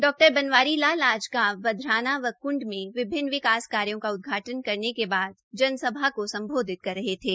डा बनवारी लाल आज गांव बधराना व कंड में विभिन्न विकास कार्यो का उदघाटन करने के बाद जनसभा को सम्बोधित कर रहे थे